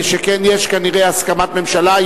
שכן יש כנראה הסכמת ממשלה,